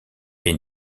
est